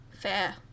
Fair